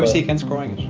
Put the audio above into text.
he against growing